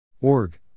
org